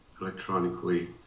electronically